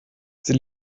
sie